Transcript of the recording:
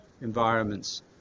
environments